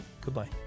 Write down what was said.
goodbye